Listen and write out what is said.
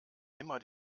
immer